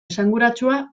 esanguratsua